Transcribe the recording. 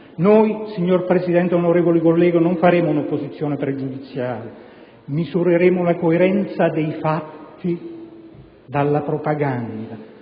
Noi, signor Presidente ed onorevoli colleghi, non faremo un'opposizione pregiudiziale; distingueremo i fatti dalla propaganda.